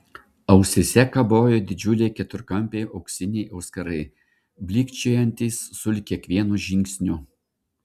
ausyse kabojo didžiuliai keturkampiai auksiniai auskarai blykčiojantys sulig kiekvienu žingsniu